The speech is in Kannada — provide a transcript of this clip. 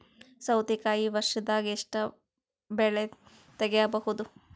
ಸೌತಿಕಾಯಿ ವರ್ಷದಾಗ್ ಎಷ್ಟ್ ಬೆಳೆ ತೆಗೆಯಬಹುದು?